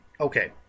okay